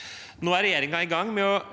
Nå er regjeringen i gang med å